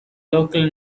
local